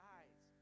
eyes